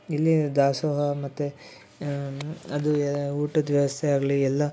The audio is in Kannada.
ಇಲ್ಲಿ ದಾಸೋಹ ಮತ್ತು ಅದು ಊಟದ ವ್ಯವಸ್ಥೆ ಆಗಲಿ ಎಲ್ಲ